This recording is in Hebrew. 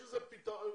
יש פתרון.